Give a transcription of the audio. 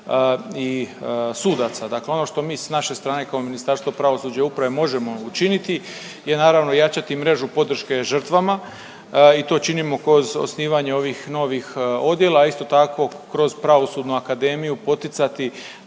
i sudaca. Dakle ono što mi s naše strane kao Ministarstvo pravosuđa i uprave možemo učiniti je naravno jačati mrežu podrške žrtvama i to činimo kroz osnivanje ovih novih odjela, a isto tako kroz Pravosudnu akademiju poticati